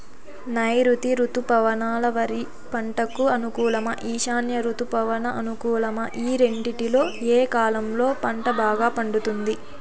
నైరుతి రుతుపవనాలు వరి పంటకు అనుకూలమా ఈశాన్య రుతుపవన అనుకూలమా ఈ రెండింటిలో ఏ కాలంలో పంట బాగా పండుతుంది?